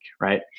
right